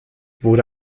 wurde